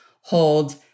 hold